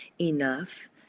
enough